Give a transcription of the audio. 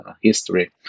history